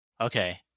Okay